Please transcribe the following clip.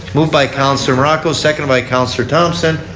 moved by counsellor morocco. seconded by counsellor thomson.